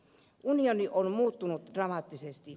unioni on muuttunut dramaattisesti